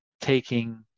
taking